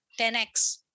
10X